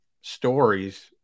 Stories